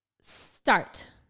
start